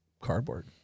cardboard